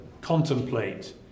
contemplate